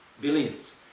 Billions